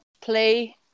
play